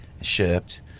shipped